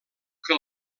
que